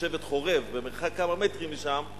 בשבט "חורב", במרחק כמה מטרים משם.